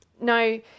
No